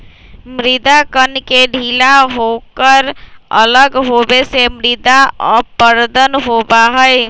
मृदा कण के ढीला होकर अलग होवे से मृदा अपरदन होबा हई